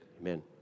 Amen